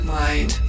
mind